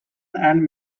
and